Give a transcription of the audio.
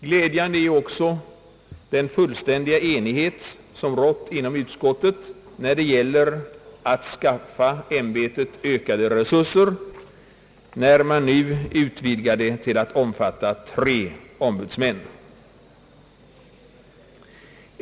Glädjande är också den fullständiga enighet som rått inom utskottet när det gällt att skaffa ämbetet ökade resurser genom att nu utvidga det till att omfatta tre ombudsmän.